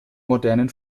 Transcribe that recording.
modernen